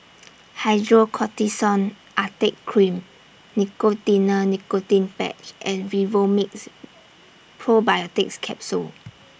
Hydrocortisone Acetate Cream Nicotinell Nicotine Patch and Vivomixx Probiotics Capsule